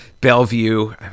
Bellevue